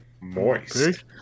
Moist